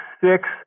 six